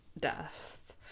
death